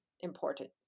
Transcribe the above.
important